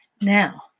Now